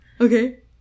Okay